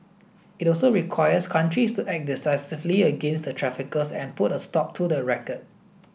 it also requires countries to act decisively against the traffickers and put a stop to the racket